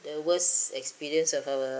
the worst experience of our